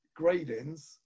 gradings